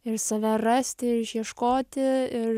ir save rasti ir išieškoti ir